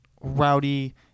rowdy